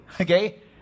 okay